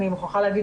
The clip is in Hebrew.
אני מוכרחה להגיד,